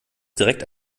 direkt